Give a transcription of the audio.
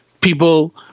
people